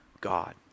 God